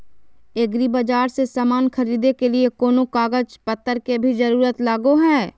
एग्रीबाजार से समान खरीदे के लिए कोनो कागज पतर के भी जरूरत लगो है?